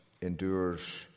endures